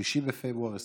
3 בפברואר 2021,